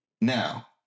now